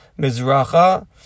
Mizracha